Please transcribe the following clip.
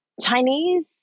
Chinese